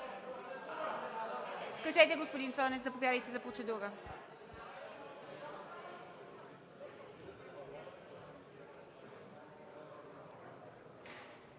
МИТЕВА: Господин Цонев, заповядайте за процедура.